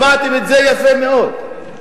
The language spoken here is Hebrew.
שמעתם את זה יפה מאוד,